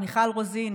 מיכל רוזין,